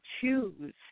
choose